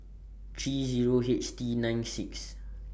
three Zero H T nine six